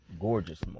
gorgeous